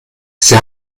sie